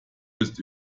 bist